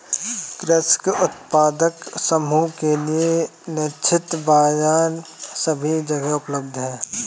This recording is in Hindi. कृषक उत्पादक समूह के लिए लक्षित बाजार सभी जगह उपलब्ध है